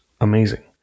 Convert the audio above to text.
amazing